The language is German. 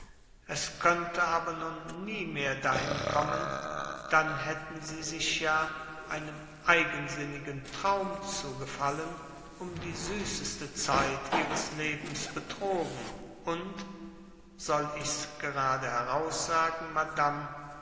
es könnte aber nun nie mehr dahin kommen dann hätten sie sich ja einem eigensinnigen traum zu gefallen um die süßeste zeit ihres lebens betrogen und soll ichs gerade heraussagen madame